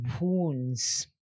wounds